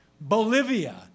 Bolivia